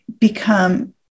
become